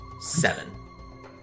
seven